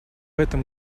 этом